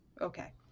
Okay